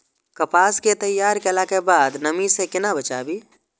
कपास के तैयार कैला कै बाद नमी से केना बचाबी?